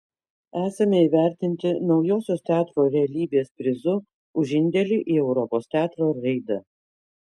esame įvertinti naujosios teatro realybės prizu už indėlį į europos teatro raidą